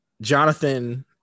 Jonathan